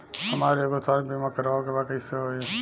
हमरा एगो स्वास्थ्य बीमा करवाए के बा कइसे होई?